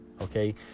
okay